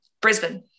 Brisbane